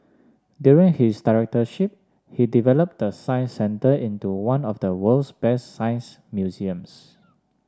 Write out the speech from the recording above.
during his directorship he developed the Science Centre into one of the world's best science museums